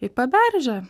į paberžę